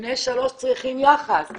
בני 3 צריכים יחס.